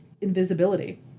invisibility